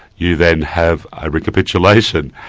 you then have a recapitulation.